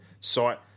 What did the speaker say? site